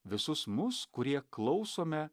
visus mus kurie klausome